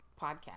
podcast